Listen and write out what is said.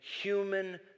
human